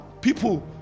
people